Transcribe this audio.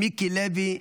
מיקי לוי,